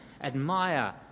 admire